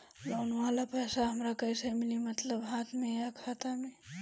Loan वाला पैसा हमरा कइसे मिली मतलब हाथ में या खाता में?